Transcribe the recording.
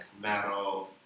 metal